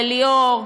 ליאור,